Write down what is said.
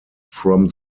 from